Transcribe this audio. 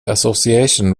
association